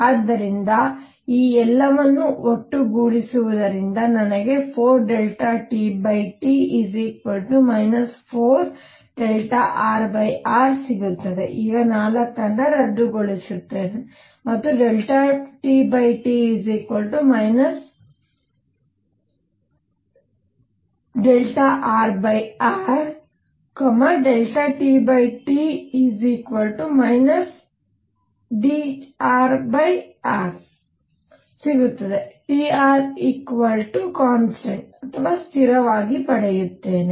ಆದ್ದರಿಂದ ಈ ಎಲ್ಲವನ್ನು ಒಟ್ಟುಗೂಡಿಸುವುದರಿಂದ ನನಗೆ4TT 4rr ಸಿಗುತ್ತದೆ ಈಗ 4 ರದ್ದುಗೊಳಿಸುತ್ತೇನೆ ಮತ್ತು TT rr dTT drr ಸಿಗುತ್ತದೆ Tr ಸ್ಥಿರವಾಗಿ ಪಡೆಯುತ್ತೇನೆ